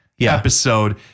episode